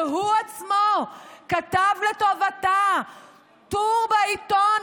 שהוא עצמו כתב לטובתה טור בעיתון,